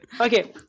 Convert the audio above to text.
Okay